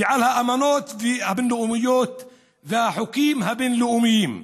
ועל האמנות הבין-לאומיות והחוקים הבין-לאומיים.